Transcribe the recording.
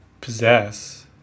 possess